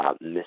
miss